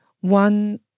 One